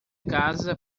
casa